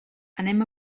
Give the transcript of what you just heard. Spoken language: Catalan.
anem